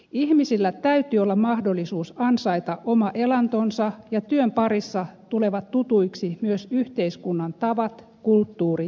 ihmisillä täytyy olla mahdollisuus ansaita oma elantonsa ja työn parissa tulevat tutuiksi myös yhteiskunnan tavat kulttuuri ja kieli